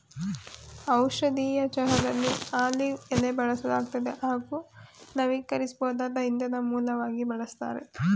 ಔಷಧೀಯ ಚಹಾದಲ್ಲಿ ಆಲಿವ್ ಎಲೆ ಬಳಸಲಾಗ್ತದೆ ಹಾಗೂ ನವೀಕರಿಸ್ಬೋದಾದ ಇಂಧನ ಮೂಲವಾಗಿ ಬಳಸ್ತಾರೆ